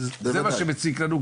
זה מה שמפריע לנו,